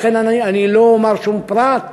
ולכן לא אומר שום פרט,